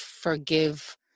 forgive